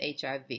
HIV